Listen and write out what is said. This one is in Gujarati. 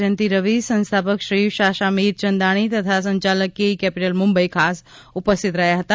જયંતી રવી સંસ્થાપક શ્રી શાસા મીર ચંદાણી તથા સંચાલક કેઇ કેપિટલ મુંબઈ ખાસ ઉપસ્થિત રહ્યા હતા